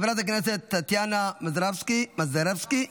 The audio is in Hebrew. חברת טטיאנה מזרסקי,